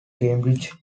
cambridge